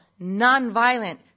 nonviolent